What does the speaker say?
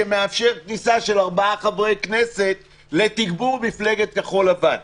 שמאפשר כניסה של ארבעה חברי כנסת לתגבור מפלגת כחול לבן.